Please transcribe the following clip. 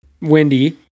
windy